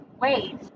wait